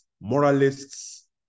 moralists